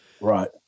right